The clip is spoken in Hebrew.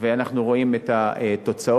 ואנחנו רואים את התוצאות.